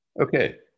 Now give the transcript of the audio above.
Okay